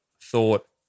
thought